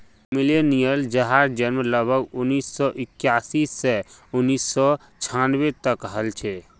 millennials जहार जन्म लगभग उन्नीस सौ इक्यासी स उन्नीस सौ छानबे तक हल छे